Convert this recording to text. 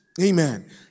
Amen